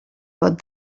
pot